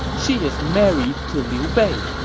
she is married to liu bei.